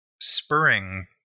spurring